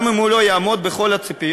גם אם הוא לא יעמוד בכל הציפיות,